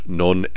non